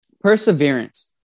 Perseverance